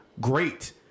great